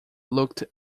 looked